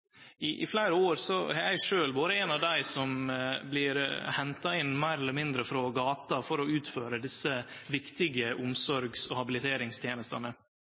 synda. I fleire år har eg sjølv vore ein av dei som blir henta inn, meir eller mindre frå gata, for å utføre desse viktige omsorgs- og habiliteringstenestene.